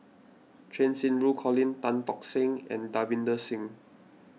Cheng Xinru Colin Tan Tock San and Davinder Singh